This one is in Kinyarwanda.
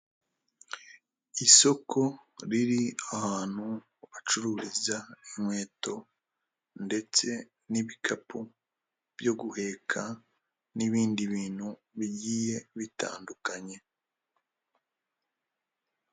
Isoko riri ahantu bacururiza inkweto ndetse n'ibikapu byo guheka n'ibindi bintu bigiye bitandukanye.